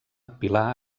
pilar